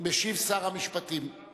חוק ומשפט על מנת להכינה לקריאה